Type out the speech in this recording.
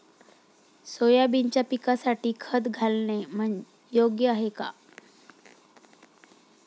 सोयाबीनच्या पिकासाठी खत घालणे योग्य आहे का?